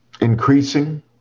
increasing